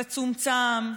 זה צומצם,